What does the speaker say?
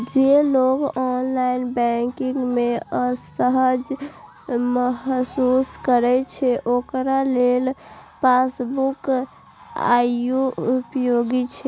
जे लोग online banking मे असहज महसूस करै छै, ओकरा लेल पासबुक आइयो उपयोगी छै